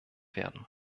werden